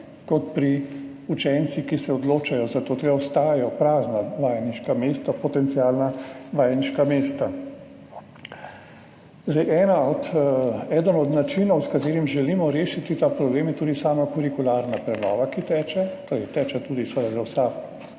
kot pri učencih, ki se odločajo za to. Torej ostajajo prazna vajeniška mesta, potencialna vajeniška mesta. Eden od načinov, s katerim želimo rešiti ta problem, je tudi sama kurikularna prenova, ki teče, torej teče tudi